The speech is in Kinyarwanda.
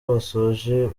basoje